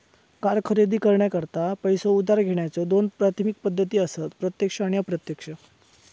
car खरेदी करण्याकरता पैसो उधार घेण्याच्या दोन प्राथमिक पद्धती असत प्रत्यक्ष आणि अप्रत्यक्ष